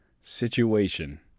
situation